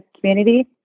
community